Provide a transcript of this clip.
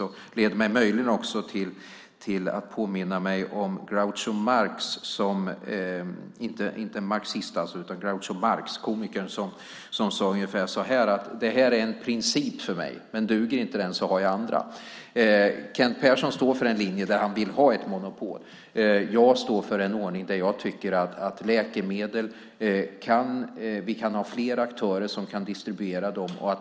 Det leder mig möjligen också att påminna om komikern, inte marxisten, Groucho Marx som sade ungefär så här: Detta är en princip för mig, men duger inte den så har jag andra. Kent Persson står för en linje där han vill ha ett monopol. Jag står för en ordning där jag tycker att vi kan ha flera aktörer som kan distribuera läkemedel.